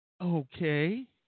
Okay